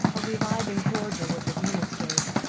a reviving cordial was administered.